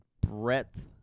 breadth